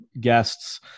guests